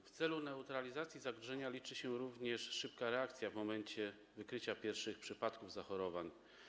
W neutralizacji zagrożenia liczy się również szybka reakcja w momencie wykrycia pierwszych przypadków zachorowań.